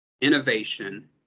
innovation